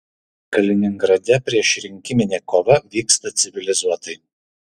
kaliningrade priešrinkiminė kova vyksta civilizuotai